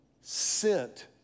sent